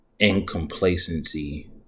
incomplacency